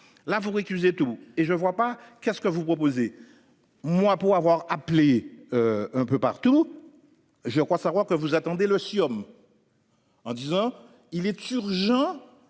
là vous récusez tout et je ne vois pas qu'est ce que vous proposez-moi pour avoir appelé. Un peu partout. Je crois savoir que vous attendez le siom. En disant, il est urgent.